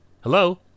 Hello